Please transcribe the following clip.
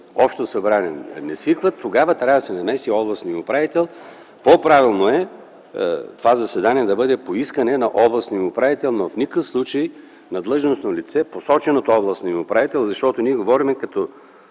общо събрание, тогава трябва да се намеси областният управител. По-правилно е това заседание да бъде по искане на областния управител, но в никакъв случай на длъжностно лице, посочено от областния управител, защото говорим за